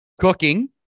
cooking